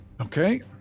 Okay